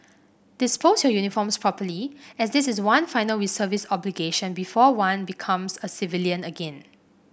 dispose your uniforms properly as this is one final reservist obligation before one becomes a civilian again